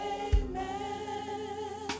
amen